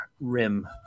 rim